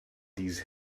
these